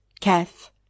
Kath